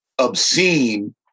obscene